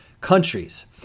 countries